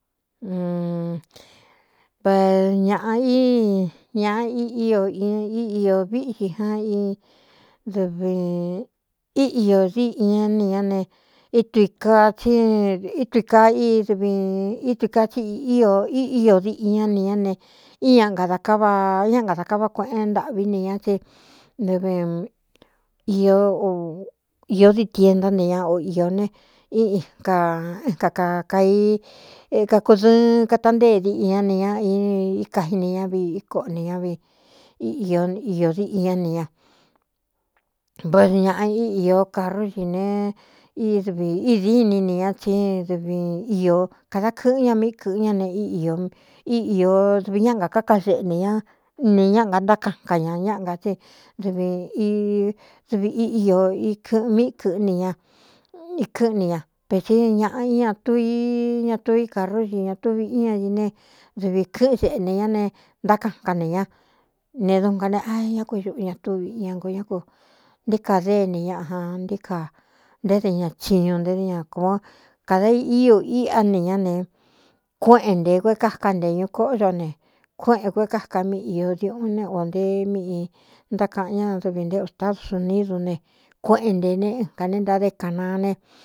Va ñāꞌa í ñaꞌa í iō víꞌtsī jan dɨv íiō diꞌi ñá ni ñá ne tui kaa í dvítui kaa tsí ííō diꞌi ñá ni ñá ne íñd ka ñá ngadā kaváꞌa kueꞌen ntâꞌví ni ña tsí dɨvi īō dii tien ntá nte ña o īō ne kaākai kakudɨɨn katantée diꞌi ñá ni ña íka ini ña vi koꞌonī ñáv iō diꞌi ñá ni ña vád ñāꞌa í īó carrú si ne dvi í dîni ni ñá tsí dɨvi ió kāda kɨ̄ꞌɨn ña míꞌí kɨ̄ꞌɨn ñá ne ī íīó dɨvi ñáꞌ ngakáka xeꞌnē ña nī ñáꞌ ga ntákaꞌnka ñā ñáꞌ ga tsí dv dɨvi íiō i kɨꞌɨn míꞌí kɨ̄ꞌɨ́n ni ña ikɨ́ꞌn ni ña ve tsi ñāꞌa íñatuu i ña tuu i karrú si ña tu viꞌí ña ií ne dɨvi kɨ́ꞌɨn seꞌnē ñá ne ntákaꞌnka ne ña ne dunga neꞌa ñá kuixuꞌu ña tú viꞌi ña nkoo ñá ku nté kaa déni ñaꞌ jan ntéí kaa nté dɨ ña chiñu nté dɨ ña kó kāda íu íꞌá ni ñá ne kuéꞌen nte kué káká nte ñu kóꞌyo ne kuéꞌēn kué káka míꞌi iō diuꞌun ne ō nté miꞌi ntákaꞌan ñá dɨvi nté ustádu sunídu ne kuéꞌen nte ne ɨnkā ne ntadé kāꞌnaa ne.